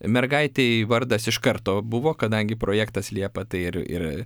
mergaitei vardas iš karto buvo kadangi projektas liepa tai ir ir